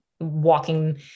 walking